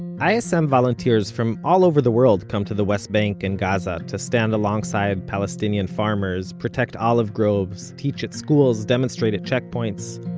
so volunteers from all over the world come to the west bank and gaza to stand alongside palestinian farmers, protect olive groves, teach at schools, demonstrate at check points.